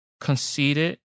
conceited